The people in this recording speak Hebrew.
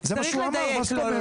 לא, לא,